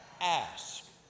ask